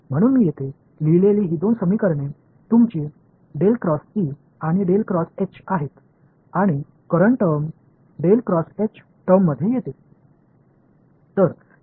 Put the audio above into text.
म्हणून मी येथे लिहिलेली ही दोन समीकरणे तुमची आणि आहेत आणि करंट टर्म टर्ममध्ये येते